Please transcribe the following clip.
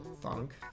funk